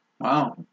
Wow